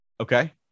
Okay